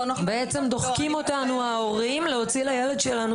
בעצם דוחקים אותנו ההורים להוציא לילד שלנו